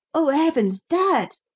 oh, heavens! dad!